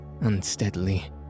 unsteadily